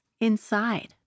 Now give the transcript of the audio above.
inside